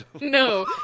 No